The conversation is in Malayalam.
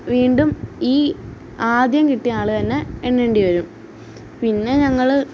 വീണ്ടും ഈ ആദ്യം കിട്ടിയ ആളുതന്നെ എണ്ണേണ്ടി വരും പിന്നെ ഞങ്ങള്